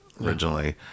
originally